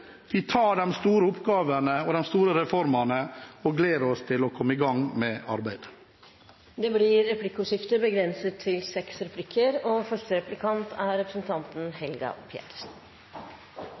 Vi tar de store oppgavene og de store reformene og gleder oss til å komme i gang med arbeidet. Det blir replikkordskifte. Kampen mot skatter og avgifter og budskapet om at enkeltmennesket må ta større ansvar for seg selv, er